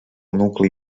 nucli